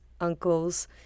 uncles